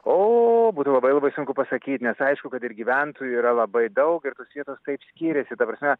o būtų labai labai sunku pasakyt nes aišku kad ir gyventojų yra labai daug ir tos vietos taip skyrėsi ta prasme